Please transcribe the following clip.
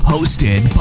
Hosted